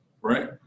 right